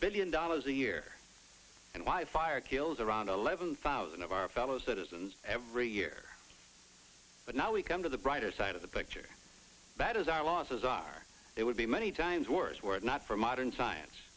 billion dollars a year and wildfire kills around eleven thousand of our fellow citizens every year but now we come to the brighter side of the picture that is our losses are there would be many times worse were it not for modern science